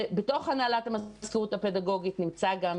בתוך הנהלת המזכירות הפדגוגית נמצא גם